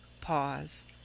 Pause